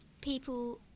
people